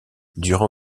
dure